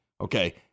Okay